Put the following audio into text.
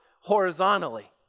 horizontally